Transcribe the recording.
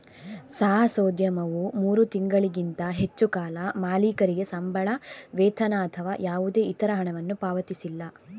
ಸಾಹಸೋದ್ಯಮವು ಮೂರು ತಿಂಗಳಿಗಿಂತ ಹೆಚ್ಚು ಕಾಲ ಮಾಲೀಕರಿಗೆ ಸಂಬಳ, ವೇತನ ಅಥವಾ ಯಾವುದೇ ಇತರ ಹಣವನ್ನು ಪಾವತಿಸಿಲ್ಲ